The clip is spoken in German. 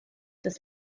des